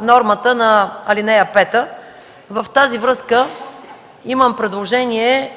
нормата на ал. 5. Във връзка с това имам предложение